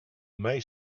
may